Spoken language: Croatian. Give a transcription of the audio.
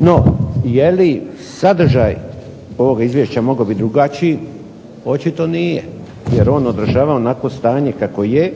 No je li sadržaj ovoga izvješća mogao biti drugačiji, očito nije, jer on održava onakvo stanje kakvo je,